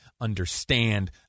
understand